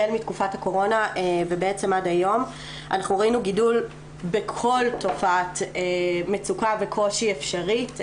החל מתקופת הקורונה עד היום ראינו גידול בכל תופעת מצוקה וקושי אפשרית.